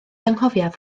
anghofiaf